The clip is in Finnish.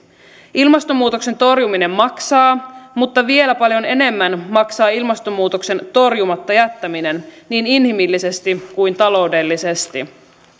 ilmastonmuutoksen torjuminen maksaa mutta vielä paljon enemmän maksaa ilmastonmuutoksen torjumatta jättäminen niin inhimillisesti kuin taloudellisesti